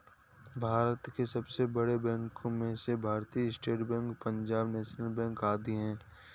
भारत के सबसे बड़े बैंको में से भारतीत state bank, Punjab national bank आदि है